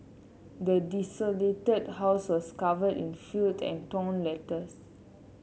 the desolated house was covered in filth and torn letters